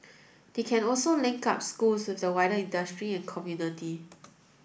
they can also link up schools with the wider industry and community